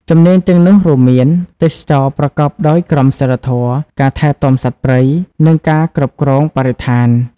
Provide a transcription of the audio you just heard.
ជំនាញទាំងនោះរួមមាន ទេសចរណ៍ប្រកបដោយក្រមសីលធម៌ ការថែទាំសត្វព្រៃ និងការគ្រប់គ្រងបរិស្ថាន។